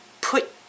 put